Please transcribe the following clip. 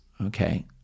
okay